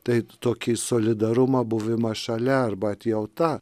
tai tokį solidarumą buvimą šalia arba atjauta